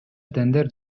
тендер